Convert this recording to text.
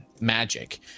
magic